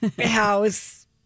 house